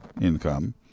income